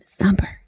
number